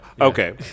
okay